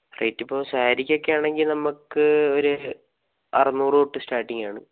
റേറ്റിപ്പോൾ സാരിക്കൊക്കെ ആണെങ്കിൽ നമുക്ക് ഒരു അറുനൂറ് തൊട്ട് സ്റ്റാർട്ടിങ്ങാണ്